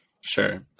Sure